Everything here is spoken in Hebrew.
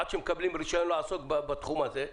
עד שהם מקבלים רישיון לעסוק בתחום הזה.